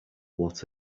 what